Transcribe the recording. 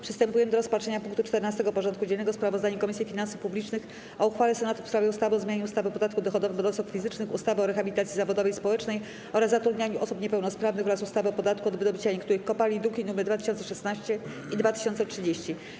Przystępujemy do rozpatrzenia punktu 14. porządku dziennego: Sprawozdanie Komisji Finansów Publicznych o uchwale Senatu w sprawie ustawy o zmianie ustawy o podatku dochodowym od osób fizycznych, ustawy o rehabilitacji zawodowej i społecznej oraz zatrudnianiu osób niepełnosprawnych oraz ustawy o podatku od wydobycia niektórych kopalin (druki nr 2016 i 2030)